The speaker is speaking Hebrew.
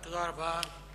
תודה רבה.